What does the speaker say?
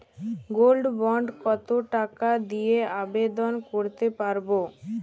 Gold bond কত টাকা দিয়ে আবেদন করতে পারবো?